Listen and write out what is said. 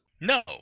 No